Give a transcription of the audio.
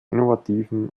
innovativen